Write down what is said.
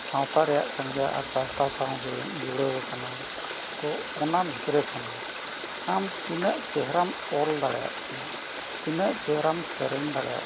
ᱥᱟᱶᱛᱟ ᱨᱮᱭᱟᱜ ᱜᱮ ᱠᱟᱱ ᱜᱮᱭᱟ ᱟᱨ ᱥᱟᱶᱛᱟ ᱥᱟᱶᱜᱮ ᱡᱩᱲᱟᱹᱣ ᱟᱠᱟᱱᱟ ᱛᱚ ᱚᱱᱟ ᱵᱷᱤᱛᱨᱤ ᱠᱷᱚᱱ ᱟᱢ ᱛᱤᱱᱟᱹᱜ ᱪᱮᱦᱨᱟᱢ ᱚᱞ ᱫᱟᱲᱮᱭᱟᱜ ᱠᱟᱱᱟ ᱛᱤᱱᱟᱹᱜ ᱪᱮᱦᱨᱟᱢ ᱥᱮᱨᱮᱧ ᱫᱟᱲᱮᱭᱟᱜ ᱠᱟᱱᱟ